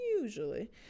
Usually